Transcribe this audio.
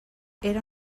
era